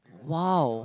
!wow!